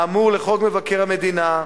האמור לחוק מבקר המדינה,